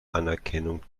anerkennung